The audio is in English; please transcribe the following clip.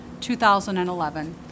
2011